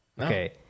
okay